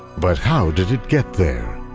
but how did it get there?